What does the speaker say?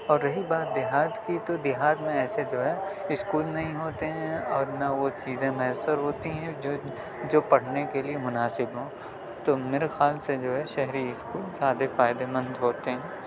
اور رہی بات دیہات کی تو دیہات میں ایسے جو ہے اسکول نہیں ہوتے ہیں اور نہ وہ چیزیں میسر ہوتی ہیں جو جو پڑھنے کے لیے مناسب ہوں تو میرے خیال سے جو ہے شہری اسکول زیادہ فائدہ مند ہوتے ہیں